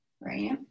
Right